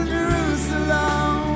Jerusalem